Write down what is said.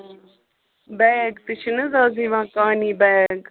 bag تہِ چھِنَہ حظ آز یِوان کانی بیگ